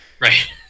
right